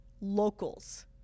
locals